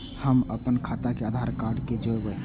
हम अपन खाता के आधार कार्ड के जोरैब?